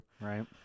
right